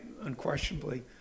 unquestionably